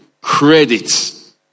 credit